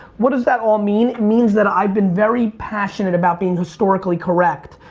what does that all mean? it means that i've been very passionate about being historically correct.